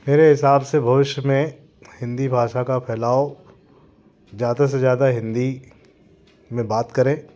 मेरे हिसाब से भविष्य में हिंदी भाषा का फैलाव ज़्यादा से ज़्यादा हिंदी में बात करें